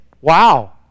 wow